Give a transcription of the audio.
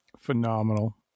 phenomenal